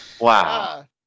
Wow